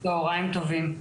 צהריים טובים.